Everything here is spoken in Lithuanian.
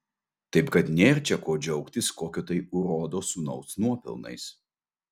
taip kad nėr čia ko džiaugtis kokio tai urodo sūnaus nuopelnais